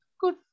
good